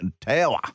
tower